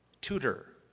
tutor